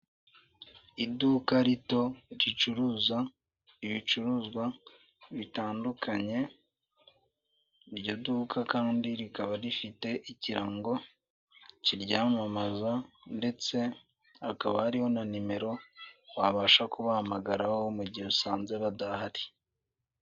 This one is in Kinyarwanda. Iduka rito ricuruza ibicuruzwa bitandukanye, iryo duka kandi rikaba rifite ikirango kiryamamaza ndetse hakaba hariho na nimero wabasha kubahamagaraho mu gihe usanze badahari.